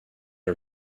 our